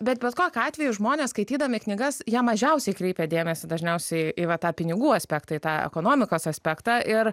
bet bet kokiu atveju žmonės skaitydami knygas jie mažiausiai kreipia dėmesį dažniausiai į va tą pinigų aspektą į tą ekonomikos aspektą ir